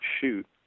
shoot